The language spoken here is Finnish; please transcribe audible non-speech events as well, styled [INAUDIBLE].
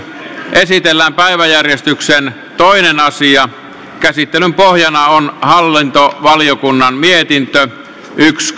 esitellään päiväjärjestyksen toinen asia käsittelyn pohjana on hallintovaliokunnan mietintö yksi [UNINTELLIGIBLE]